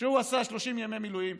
והוא עשה 30 ימי מילואים.